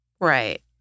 Right